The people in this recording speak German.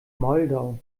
moldau